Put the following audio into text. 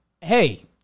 Hey